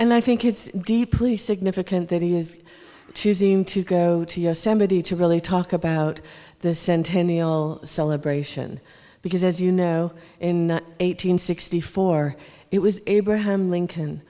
and i think it's deeply significant that he is choosing to go to yosemite to really talk about the centennial celebration because as you know in eight hundred sixty four it was abraham lincoln